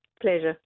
Pleasure